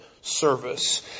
service